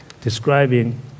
describing